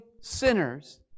sinners